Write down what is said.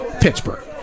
Pittsburgh